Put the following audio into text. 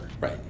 Right